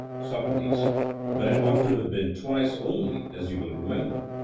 socrates but it ought to have been twice only, as you will remember.